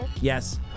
Yes